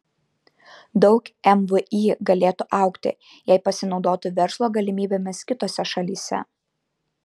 daug mvį galėtų augti jei pasinaudotų verslo galimybėmis kitose šalyse